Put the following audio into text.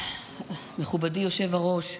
מכובדי היושב-ראש,